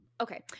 Okay